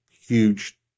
huge